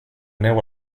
neu